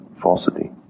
falsity